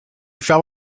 fell